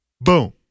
Boom